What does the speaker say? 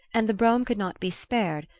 and the brougham could not be spared,